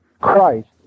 Christ